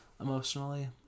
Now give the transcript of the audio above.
emotionally